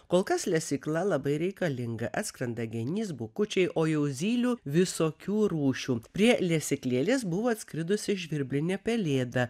kol kas lesykla labai reikalinga atskrenda genys bukučiai o jau zylių visokių rūšių prie lesyklėlės buvo atskridusi žvirblinė pelėda